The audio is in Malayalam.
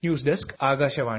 news desk Akashvani